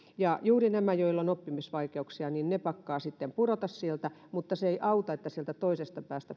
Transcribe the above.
juuri nämä joilla on oppimisvaikeuksia pakkaavat sitten pudota sieltä mutta se ei auta että sieltä toisesta päästä